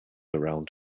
around